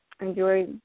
enjoy